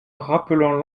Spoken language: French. rappelant